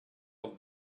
off